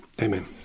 Amen